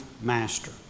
master